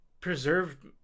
preserved